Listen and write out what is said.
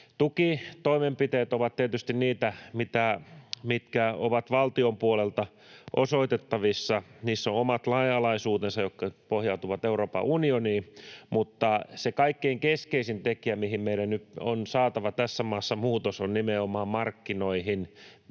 Tukitoimenpiteet ovat tietysti niitä, mitkä ovat valtion puolelta osoitettavissa. Niissä on omat lainalaisuutensa, jotka pohjautuvat Euroopan unioniin, mutta se kaikkein keskeisin tekijä, mihin meidän nyt on saatava tässä maassa muutos, on nimenomaan markkinoihin,